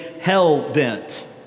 hell-bent